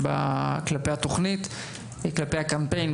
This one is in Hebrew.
בעניין הקמפיין,